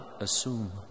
assume